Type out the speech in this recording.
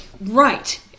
Right